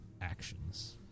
actions